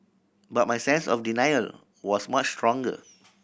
but my sense of denial was much stronger